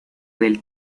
del